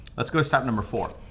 let's go to step number four.